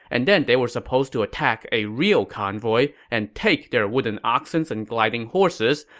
and then they were supposed to attack a real convoy and take their wooden oxens and gliding horses,